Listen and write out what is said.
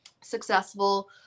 successful